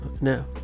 No